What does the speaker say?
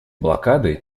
блокады